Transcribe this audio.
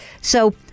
So-